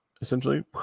essentially